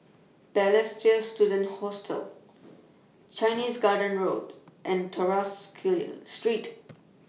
Balestier Student Hostel Chinese Garden Road and Tras Street